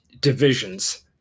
divisions